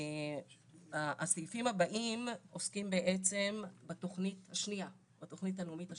הסעיפים הבאים עוסקים בעצם בתוכנית הלאומית השנייה,